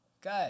Good